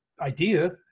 idea